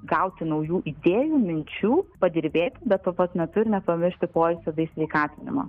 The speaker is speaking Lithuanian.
gauti naujų idėjų minčių padirbėti bet tuo pat metu nepamiršti poilsio bei sveikatinimo